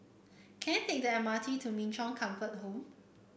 can I take the M R T to Min Chong Comfort Home